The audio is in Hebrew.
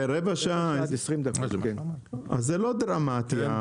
אז הקיצור הזה הוא לא דרמטי.